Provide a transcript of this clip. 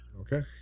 Okay